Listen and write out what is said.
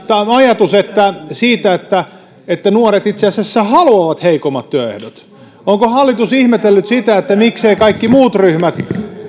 tämä ajatus siitä että että nuoret itse asiassa haluavat heikommat työehdot onko hallitus ihmetellyt mikseivät kaikki muut ryhmät